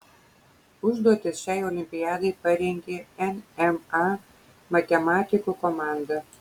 užduotis šiai olimpiadai parengė nma matematikų komanda